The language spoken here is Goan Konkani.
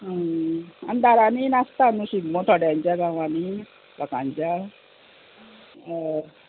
आनी दारांनी नासता न्हू शिगमो थोड्यांच्या गांवांनी लोकांच्या हय